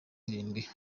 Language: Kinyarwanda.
irindwi